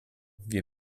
wir